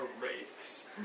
wraiths